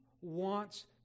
wants